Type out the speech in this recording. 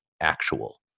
actual